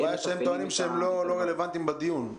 הבעיה היא שהם טוענים שהם לא רלוונטיים בדיון.